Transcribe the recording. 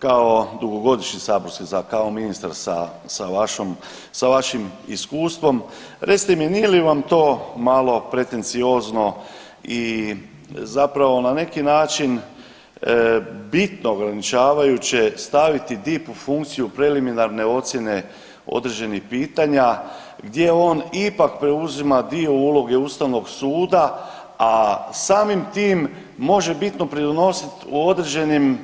Kao dugogodišnji saborski, kao ministar sa vašim iskustvom recite mi nije li vam to malo pretenciozno i zapravo na neki način bitno ograničavajuće staviti DIP u funkciju preliminarne ocjene određenih pitanja gdje on ipak preuzima dio uloge Ustavnog suda, a samim tim može bitno pridonosit u određenim